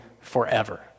forever